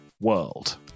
World